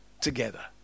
together